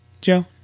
Joe